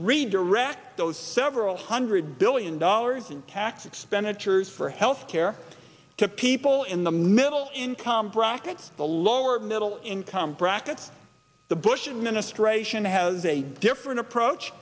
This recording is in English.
redirect those several hundred billion dollars in tax expenditures for health care to people in the middle income brackets the lower middle income brackets the bush administration has a different approach